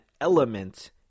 element